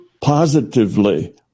positively